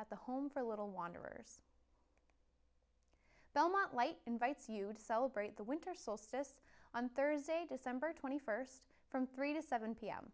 at the home for little wanderers belmont light invites you to celebrate the winter solstice on thursday december twenty first from three to seven pm